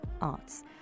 arts